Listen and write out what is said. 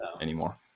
anymore